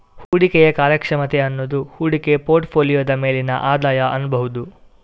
ಹೂಡಿಕೆಯ ಕಾರ್ಯಕ್ಷಮತೆ ಅನ್ನುದು ಹೂಡಿಕೆ ಪೋರ್ಟ್ ಫೋಲಿಯೋದ ಮೇಲಿನ ಆದಾಯ ಅನ್ಬಹುದು